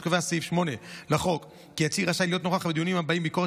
עוד קובע סעיף 8(א) לחוק כי עציר רשאי להיות נוכח בדיונים הבאים: ביקורת